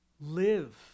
live